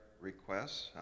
requests